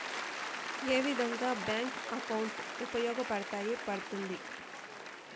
ఏ విధంగా bank account ఉపయోగపడతాయి పడ్తుంది